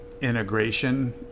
integration